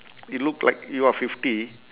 you look like you are fifty